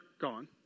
gone